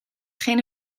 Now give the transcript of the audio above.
geen